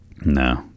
No